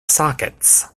sockets